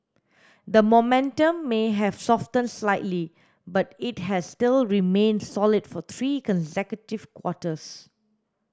the momentum may have softened slightly but it has still remained solid for three consecutive quarters